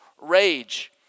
rage